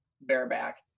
bareback